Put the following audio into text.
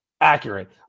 Accurate